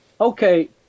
okay